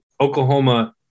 Oklahoma